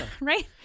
right